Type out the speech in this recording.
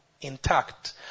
Intact